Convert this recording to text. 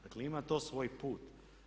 Dakle ima to svoj put.